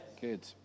good